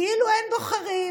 כאילו אין בוחרים,